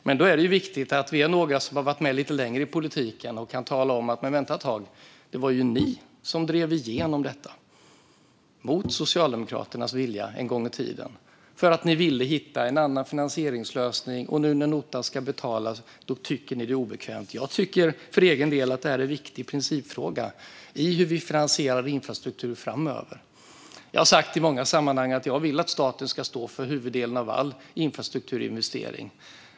Men då är det viktigt att vi som har varit med i politiken lite längre kan tala om att det ju var ni som drev igenom detta mot Socialdemokraternas vilja en gång i tiden för att ni ville hitta en annan finansieringslösning, och nu när notan ska betalas tycker ni att det är obekvämt. Jag tycker för egen del att det här är en viktig principfråga när det gäller hur vi finansierar infrastruktur framöver. Jag har sagt i många sammanhang att jag vill att staten ska stå för huvuddelen av all infrastrukturinvestering.